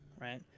right